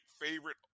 favorite